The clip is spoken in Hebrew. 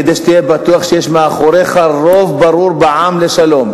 כדי שתהיה בטוח שיש מאחוריך רוב ברור בעם לשלום.